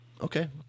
Okay